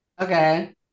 Okay